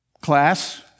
Class